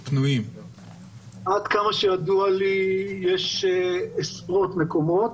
עד כמה שידוע לי יש עשרות מקומות,